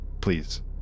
please